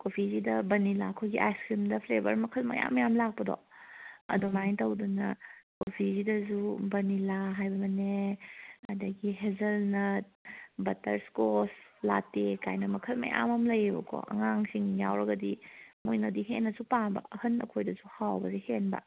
ꯀꯣꯐꯤꯒꯤꯗ vanilla ꯑꯩꯈꯣꯏꯒꯤ ice ꯀ꯭ꯔꯤꯝꯗ flavour ꯃꯈꯜ ꯃꯈꯜ ꯃꯌꯥꯝ ꯂꯥꯛꯄꯗꯣ ꯑꯗꯨꯃꯥꯏꯅ ꯇꯧꯗꯅ ꯀꯣꯐꯤꯁꯤꯗꯁꯨ ꯚꯅꯤꯜꯂꯥ ꯍꯥꯏꯕꯅꯦ ꯑꯗꯒꯤ ꯍꯦꯖꯜꯅꯠ ꯕꯠꯇꯔ ꯏꯁꯀꯣꯁ ꯂꯥꯇꯦꯒꯥꯏꯅ ꯃꯈꯜ ꯃꯌꯥꯝ ꯑꯃ ꯂꯩꯌꯦꯕꯀꯣ ꯑꯉꯥꯡꯁꯤꯡ ꯌꯥꯎꯔꯒꯗꯤ ꯃꯣꯏꯅꯗꯤ ꯍꯦꯟꯅꯁꯨ ꯄꯥꯝꯕ ꯑꯍꯟ ꯑꯩꯈꯣꯏꯗꯁꯨ ꯍꯥꯎꯕꯗꯤ ꯍꯦꯟꯕ